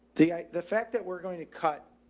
the eye, the fact that we're going to cut